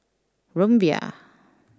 Rumbia